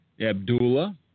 Abdullah